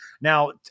Now